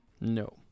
No